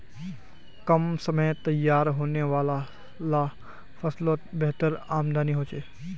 कम समयत तैयार होने वाला ला फस्लोत बेहतर आमदानी होछे